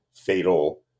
Fatal